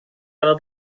einer